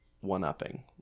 one-upping